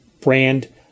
brand